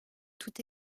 toute